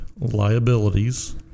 liabilities